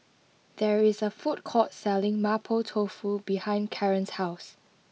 there is a food court selling Mapo Tofu behind Kaaren's house